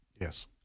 Yes